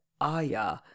Aya